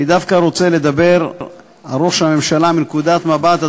אני דווקא רוצה לדבר על ראש הממשלה מנקודת מבט,